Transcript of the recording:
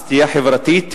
סטייה חברתית,